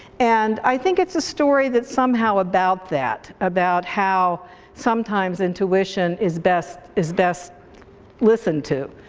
and i think it's a story that's somehow about that. about how sometimes intuition is best is best listened to.